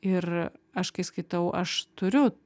ir aš kai skaitau aš turiu